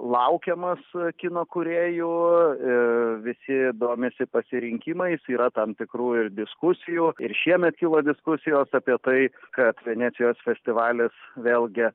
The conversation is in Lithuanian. laukiamas kino kūrėjų ir visi domisi pasirinkimais yra tam tikrų ir diskusijų ir šiemet kilo diskusijos apie tai kad venecijos festivalis vėlgi